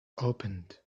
opened